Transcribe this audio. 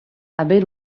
haver